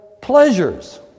pleasures